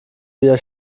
wieder